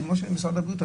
כמו משרד הבריאות,